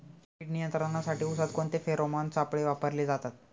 कीड नियंत्रणासाठी उसात कोणते फेरोमोन सापळे वापरले जातात?